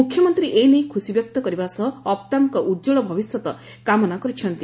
ମୁଖ୍ୟମନ୍ତୀ ଏନେଇ ଖୁସି ବ୍ୟକ୍ତ କରିବା ସହ ଅଫ୍ତାବ୍ଙ ଉଜ୍ଳ ଭବିଷ୍ୟତ କାମନା କରିଛନ୍ତି